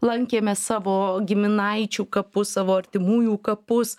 lankėme savo giminaičių kapus savo artimųjų kapus